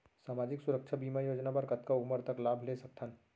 सामाजिक सुरक्षा बीमा योजना बर कतका उमर तक लाभ ले सकथन?